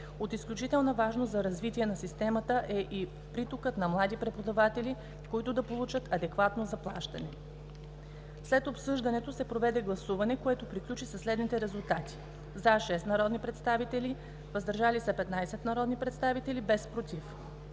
От изключителна важност за развитие на системата е и притокът на млади преподаватели, които да получават адекватно заплащане. След обсъждането се проведе гласуване, което приключи със следните резултати: „за“ – 6 народни представители, „въздържали се“ – 15 народни представители, без „против“.